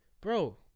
Bro